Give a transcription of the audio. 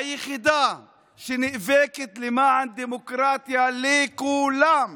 היחידה שנאבקת למען דמוקרטיה לכולם,